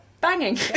banging